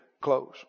close